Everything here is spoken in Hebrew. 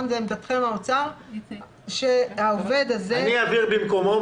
אני אבהיר במקומו.